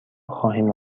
خواهیم